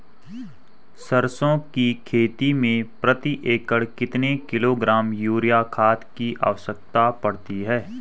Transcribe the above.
सरसों की खेती में प्रति एकड़ कितने किलोग्राम यूरिया खाद की आवश्यकता पड़ती है?